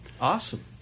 awesome